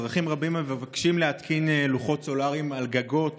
אזרחים רבים המבקשים להתקין לוחות סולריים על גגות